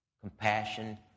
Compassion